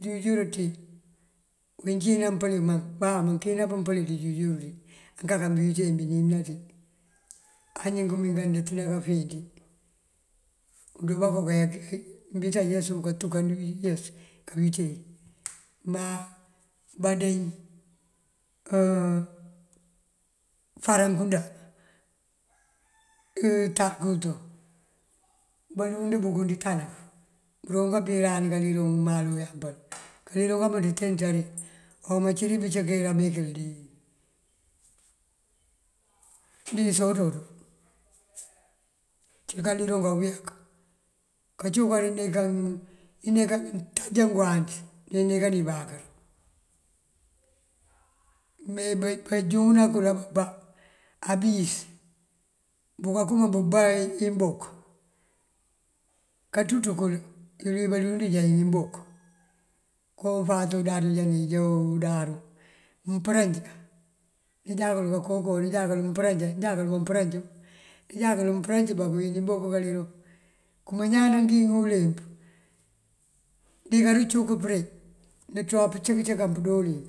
ijur ţí mancí nampëli má mankëyëna pëmpëli ţí ijur ţí unkaka bí wíiţe bí nímëna ţí ambín túkëna kafíir ţí. Unk díndunkandun kayá këyá ka unbíinţe yës buka túkandin uyës kawíiţe. Má bandeñing farankunda, untakunţo ţun balund bëkun dí tanaf bëroŋ kabírani kaliroŋ umani uyampal. kaliroŋ kamënţ tee inţari awancíri pëncín binká binki bí dí sototo ţun. Ací kaliroŋ kayeek kacunkar inekan ngëwáanţ ne inekan ibáakër. me banjúŋënan kul abanbá abuyíis bunká këm abá imboonk kanţunţ kël, iliyi balund já yun imbok. Kon katundan já nín joo undandu bampërant nënjá kul koonko injá kul bampërant injá kul mëmpërantëbá këwín imbok kaliroŋ. Kuma iñaan nangíŋi uleemp dikancunk përe nënţúwa pëncínk cí pëndoolink.